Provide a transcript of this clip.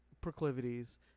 proclivities